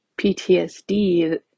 PTSD